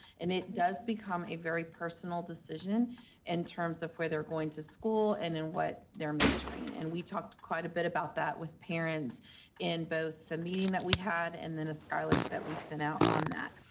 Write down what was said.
and it does become a very personal decision in terms of where they're going to school and then what they're majoring. and we talked quite a bit about that with parents in both the meeting that we had and then a skylert that we sent out on that.